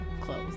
clothes